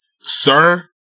Sir